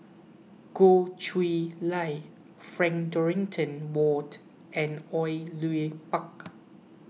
Goh Chiew Lye Frank Dorrington Ward and Au Yue Pak